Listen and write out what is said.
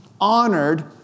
honored